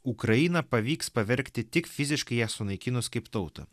ukrainą pavyks pavergti tik fiziškai ją sunaikinus kaip tautą